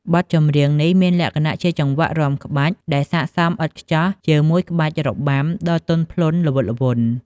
បទចម្រៀងនេះមានលក្ខណៈជាចង្វាក់រាំក្បាច់ ដែលស័ក្តិសមឥតខ្ចោះជាមួយក្បាច់របាំដ៏ទន់ភ្លន់ ល្វត់ល្វន់។